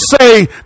say